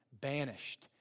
banished